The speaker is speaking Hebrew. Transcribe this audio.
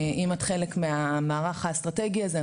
אם את חלק מהמערך האסטרטגי הזה,